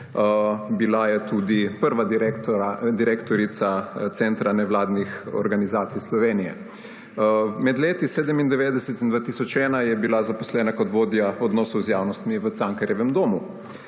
bila je tudi prva direktorica centra nevladnih organizacij Slovenije. Med letoma 1997 in 2001 je bila zaposlena kot vodja odnosov z javnostmi v Cankarjevem domu.